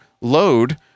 load